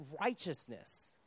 righteousness